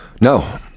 No